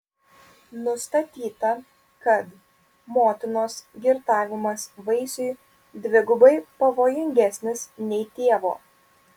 nustatyta kad motinos girtavimas vaisiui dvigubai pavojingesnis nei tėvo